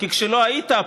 כי כשלא היית,